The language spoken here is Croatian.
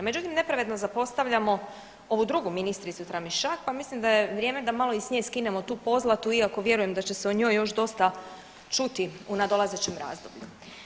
Međutim, nepravedno zapostavljamo ovu ministricu Tramišak pa mislim da je vrijeme da malo i s nje skinemo tu pozlatu iako vjerujem da će se o njoj još dosta čuti u nadolazećem razdoblju.